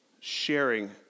sharing